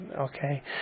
okay